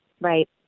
Right